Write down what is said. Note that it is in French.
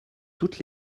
toutes